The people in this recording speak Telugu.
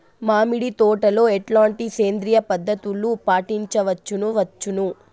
మామిడి తోటలో ఎట్లాంటి సేంద్రియ పద్ధతులు పాటించవచ్చును వచ్చును?